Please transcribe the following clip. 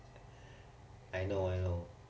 I know I know